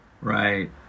Right